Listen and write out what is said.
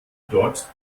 dort